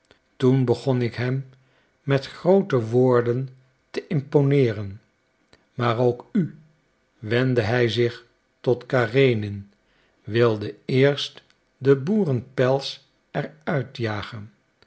toen begon ik hem met groote woorden te imponeeren maar ook u wendde hij zich tot karenin wilde eerst den boerenpels er uitjagen